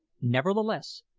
nevertheless,